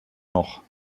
noch